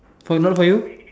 for not for you